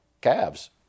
calves